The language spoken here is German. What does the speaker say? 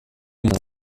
sich